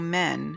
men